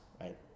right